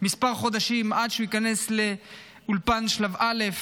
חודשים עד שהוא ייכנס לאולפן שלב א'.